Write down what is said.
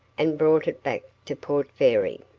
and brought it back to port fairy.